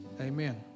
Amen